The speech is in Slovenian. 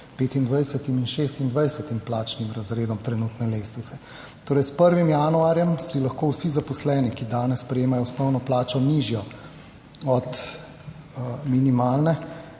25. in 26. plačnim razredom trenutne lestvice. Torej s 1. januarjem si lahko vsi zaposleni, ki danes prejemajo osnovno plačo nižjo od minimalne,